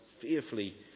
fearfully